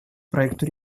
проекту